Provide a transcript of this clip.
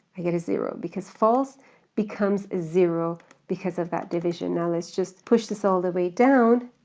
i get a zero because false becomes zero because of that division. now let's just push this all the way down.